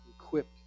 equipped